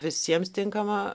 visiems tinkama